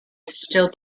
still